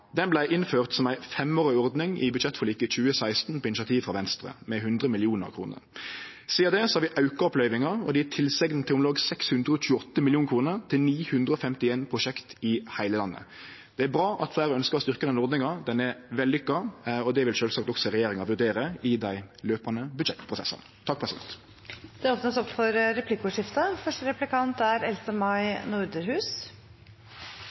innført som ei femårig ordning i budsjettforliket i 2016, på initiativ frå Venstre, med 100 mill. kr. Sidan det har vi auka opp løyvinga, og det er gjeve tilsegn til om lag 628 mill. kr til 951 prosjekt i heile landet. Det er bra at fleire ønskjer å styrkje den ordninga, ho er vellykka, og det vil sjølvsagt også regjeringa vurdere i dei løpande